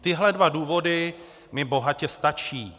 Tyhle dva důvody mi bohatě stačí.